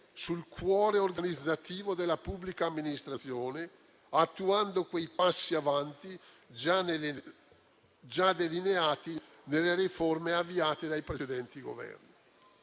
sul cuore organizzativo della pubblica amministrazione, attuando quei passi avanti già delineati nelle riforme avviate dai precedenti Governi.